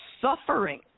suffering